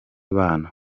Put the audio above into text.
bana